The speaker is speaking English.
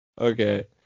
Okay